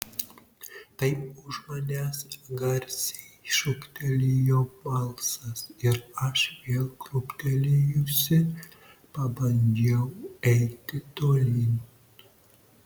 taip už manęs garsiai šūktelėjo balsas ir aš vėl krūptelėjusi pabandžiau eiti tolyn